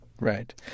Right